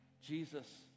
Jesus